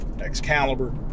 Excalibur